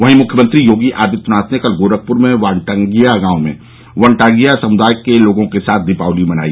वहीं मुख्यमंत्री योगी आदित्यनाथ ने कल गोरखपुर में वनटांगिया गांव में वनटांगिया समुदाय के लोगों के साथ दीपावली मनाई